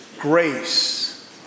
Grace